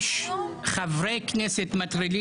יש חברי כנסת מטרילים,